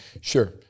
Sure